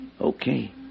Okay